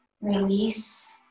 release